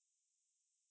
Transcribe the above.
orh I see